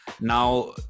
Now